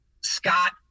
Scott